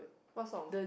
what song